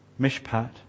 mishpat